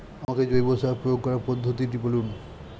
আমাকে জৈব সার প্রয়োগ করার পদ্ধতিটি বলুন?